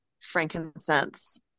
frankincense